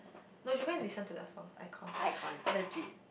you should go and listen to their songs icon legit